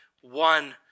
one